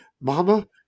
Mama